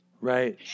Right